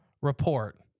report